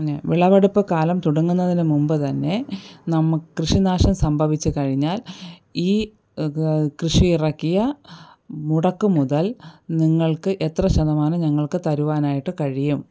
പിന്നെ വിളവെടുപ്പ് കാലം തുടങ്ങുന്നതിന് മുമ്പ് തന്നെ നമ്മൾ കൃഷിനാശം സംഭവിച്ച് കഴിഞ്ഞാൽ ഈ കൃഷി ഇറക്കിയ മുടക്കുമുതൽ നിങ്ങൾക്ക് എത്ര ശതമാനം ഞങ്ങൾക്ക് തരുവാനായിട്ട് കഴിയും